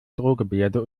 drohgebärde